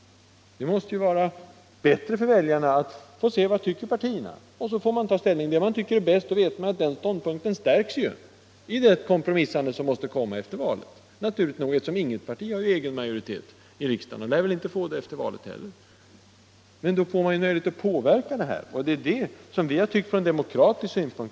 Det måste ju vara bättre för väljarna att få se vad partierna tycker. Därefter tar man ställning för det man anser är bäst, och då vet man att den ståndpunkten därigenom stärks i det kompromissande som måste komma efter valet — naturligt nog, eftersom inget parti har majoritet i riksdagen och inte lär få det efter valet heller. På detta sätt får väljarna en möjlighet att påverka saken, och det har vi ansett vara att föredra från demokratisk synpunkt.